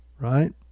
right